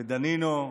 ודנינו,